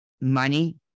money